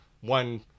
one